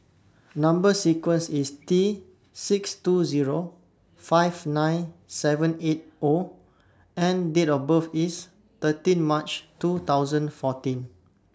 Number sequence IS T six two Zero five nine seven eight O and Date of birth IS thirteen March two thousand fourteen